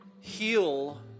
Heal